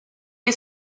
que